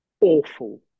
Awful